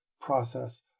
process